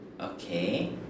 Okay